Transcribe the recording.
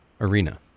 Arena